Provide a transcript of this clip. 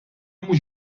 mhux